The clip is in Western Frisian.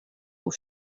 oer